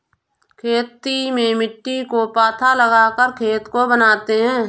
खेती में मिट्टी को पाथा लगाकर खेत को बनाते हैं?